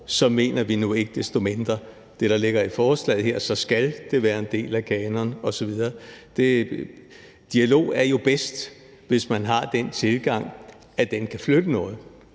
går, mener vi ikke desto mindre det, der ligger i forslaget her, nemlig at det skal være en del af kanon osv. Dialog er jo bedst, hvis man har den tilgang, at den kan flytte noget.